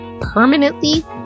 permanently